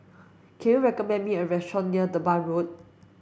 can you recommend me a restaurant near Durban Road